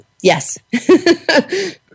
yes